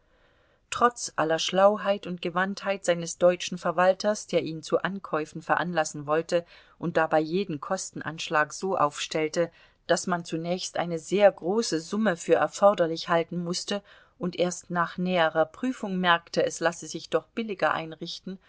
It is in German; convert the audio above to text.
trotz aller schlauheit und gewandtheit seines deutschen verwalters der ihn zu ankäufen veranlassen wollte und dabei jeden kostenanschlag so aufstellte daß man zunächst eine sehr große summe für erforderlich halten mußte und erst nach näherer prüfung merkte es lasse sich doch billiger einrichten